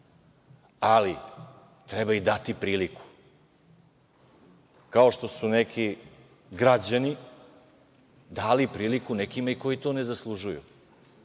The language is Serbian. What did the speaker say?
ali treba im dati priliku. Kao što su neki građani dali priliku nekima koji to ne zaslužuju.